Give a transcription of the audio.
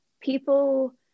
people